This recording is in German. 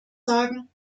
sagen